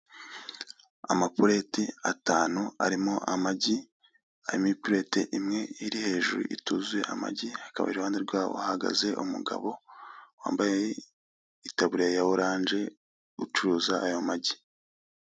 Amapureti atanu arimo amagi harimo ipurete imwe iri hejuru ituzuye amagi, hakaba iruhande rwaho hahagaze umugabo wambaye itaburiya ya oranje ucuruza ayo magi.